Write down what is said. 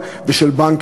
ובכן,